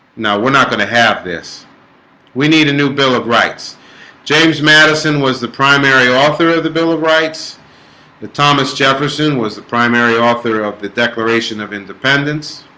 no, we're not gonna have this we need a new bill of rights james madison was the primary author of the bill rights the thomas jefferson was the primary author of the declaration of independence